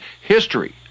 History